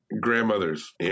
Grandmothers